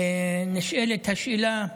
נשאלת השאלה,